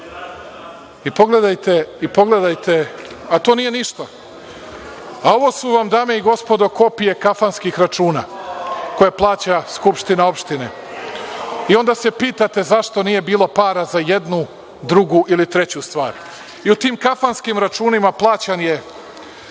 i pogledajte, a to nije ništa. Ovo su vam dame i gospodo, kopije kafanskih računa koje plaća skupština opštine. I, onda se pitate zašto nije bilo para za jednu, drugu ili treću stvar. I, u tim kafanskim računima plaćan je,